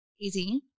easy